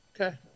Okay